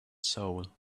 soul